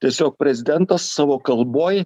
tiesiog prezidentas savo kalboj